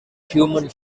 human